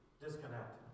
disconnect